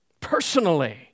Personally